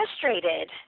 frustrated